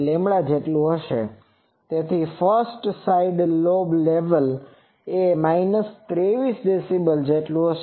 8a જેટલું હશે અને ફર્સ્ટ સાઈડ લોબ લેવલ એ હશે